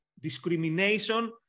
discrimination